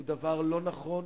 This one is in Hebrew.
היא דבר לא נכון,